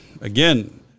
Again